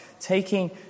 taking